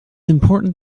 important